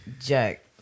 Jack